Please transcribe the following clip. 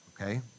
okay